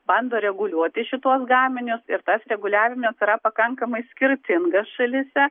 bando reguliuoti šituos gaminius ir tas reguliavimas yra pakankamai skirtingas šalyse